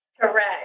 Correct